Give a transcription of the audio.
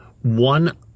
One